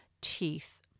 teeth